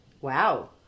Wow